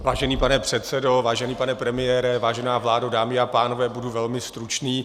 Vážený pane předsedo, vážený pane premiére, vážená vládo, dámy a pánové, budu velmi stručný.